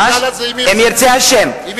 בעברית זה גם, אם ירצה השם.